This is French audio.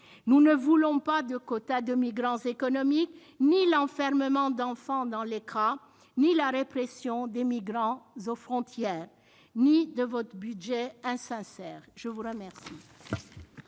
Nous ne voulons ni de quotas de migrants économiques, ni de l'enfermement d'enfants dans les camps, ni de la répression des migrants aux frontières, ni de votre budget insincère ! La parole